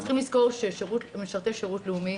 צריכים לזכור שמשרתי שירות לאומי